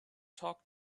talk